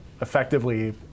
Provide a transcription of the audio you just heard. effectively